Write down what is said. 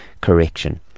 correction